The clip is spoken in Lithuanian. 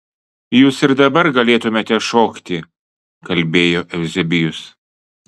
jūs ir dabar galėtumėte šokti kalbėjo euzebijus